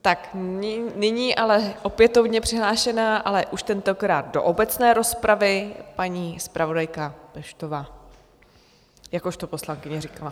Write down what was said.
Tak nyní opětovně přihlášená, ale už tentokrát do obecné rozpravy, paní zpravodajka Peštová, jakožto poslankyně říkala.